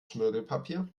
schmirgelpapier